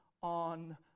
on